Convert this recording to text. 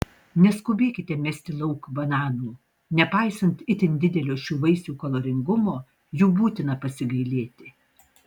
neskubėkite mesti lauk bananų nepaisant itin didelio šių vaisių kaloringumo jų būtina pasigailėti